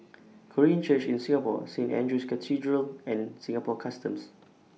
Korean Church in Singapore Saint Andrew's Cathedral and Singapore Customs